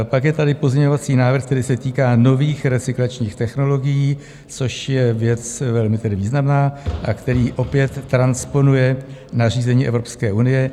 Pak je tady pozměňovací návrh, který se týká nových recyklačních technologií, což je věc velmi významná, a který opět transponuje nařízení Evropské unie.